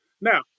now